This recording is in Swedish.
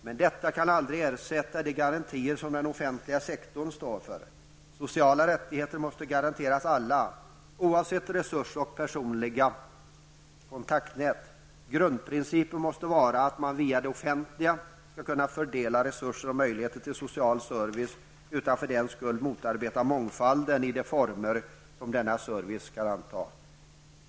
Men detta kan aldrig ersätta de garantier som den offentliga sektorn står för. Sociala rättigheter måste garanteras alla -- oavsett resurser och personliga kontaktnät. Grundprincipen måste vara att man via det offentliga skall fördela resurser och möjligheter till social service utan att för den skull motarbeta mångfalden i de former som denna service kan anta.